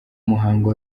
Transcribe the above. muhango